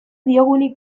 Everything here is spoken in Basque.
diogunik